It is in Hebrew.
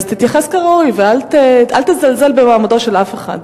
תתייחס כראוי ואל תזלזל במעמדו של אף אחד.